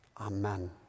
amen